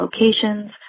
locations